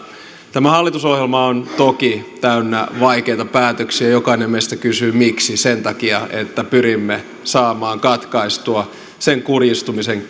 tämä hallitusohjelma on toki täynnä vaikeita päätöksiä jokainen meistä kysyy miksi sen takia että pyrimme saamaan katkaistua sen kurjistumisen